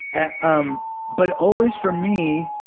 ah um but always for me